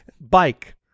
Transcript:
bike